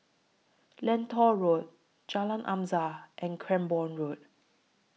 Lentor Road Jalan Azam and Cranborne Road